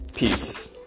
Peace